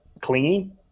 clingy